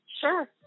Sure